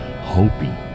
hoping